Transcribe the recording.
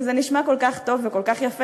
וזה נשמע כל כך טוב וכל כך יפה,